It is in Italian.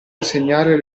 insegnare